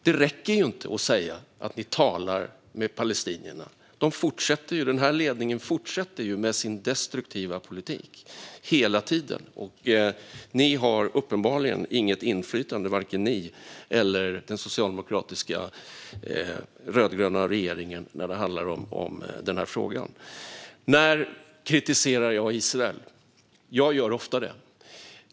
Det räcker inte att säga att ni talar med palestinierna. Den här ledningen fortsätter hela tiden med sin destruktiva politik. Uppenbarligen har varken ni eller den rödgröna regeringen något inflytande i frågan. När kritiserar jag Israel? Det gör jag ofta.